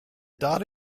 data